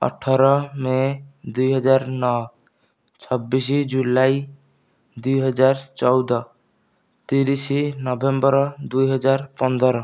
ଅଠର ମେ' ଦୁଇହଜାର ନଅ ଛବିଶ ଜୁଲାଇ ଦୁଇହଜାର ଚଉଦ ତିରିଶ ନଭେମ୍ବର ଦୁଇହଜାର ପନ୍ଦର